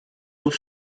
eaux